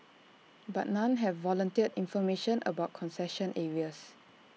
but none have volunteered information about concession areas